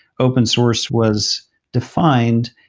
open source was defined.